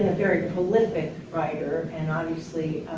very prolific writer, and obviously